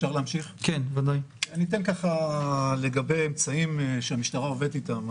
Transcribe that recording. אני אתן לגבי אמצעים שהמשטרה עובדת איתם.